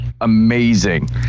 amazing